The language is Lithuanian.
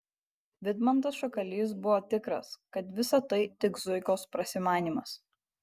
vidmantas šakalys buvo tikras kad visa tai tik zuikos prasimanymas